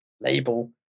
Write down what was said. label